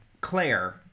Claire